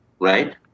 right